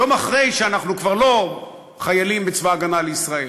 יום אחרי שאנחנו כבר לא חיילים בצבא ההגנה לישראל.